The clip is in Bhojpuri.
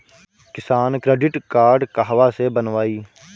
किसान क्रडिट कार्ड कहवा से बनवाई?